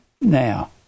Now